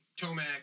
Tomac